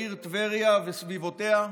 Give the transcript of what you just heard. בעיר טבריה וסביבותיה.